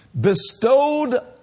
Bestowed